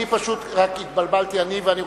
אני פשוט התבלבלתי ואני רוצה,